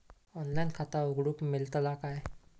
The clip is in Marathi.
ऑनलाइन खाता उघडूक मेलतला काय?